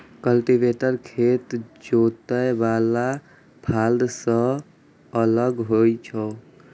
cultivator खेत जोतय बला फाड़ सं अलग होइ छै